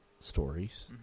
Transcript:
stories